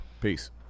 Peace